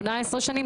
18 שנים.